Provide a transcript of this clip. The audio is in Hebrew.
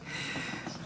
ביטחון) (תיקון מס'